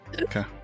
okay